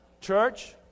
Church